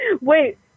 wait